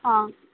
ହଁ